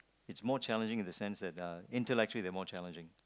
it's more challenging in the sense that uh intellectually they're more challenging